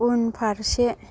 उनफारसे